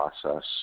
process